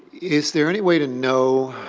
is there any way to know